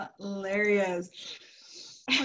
hilarious